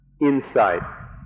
insight